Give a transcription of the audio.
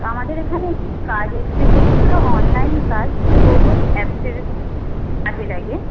তো আমাদের এখানে কাজ এসছে যেটি হলো অনলাইন কাজ গুগল অ্যাপের কাজে লাগে